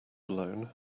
alone